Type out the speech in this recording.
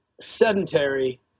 sedentary